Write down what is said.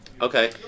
Okay